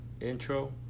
Intro